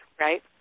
right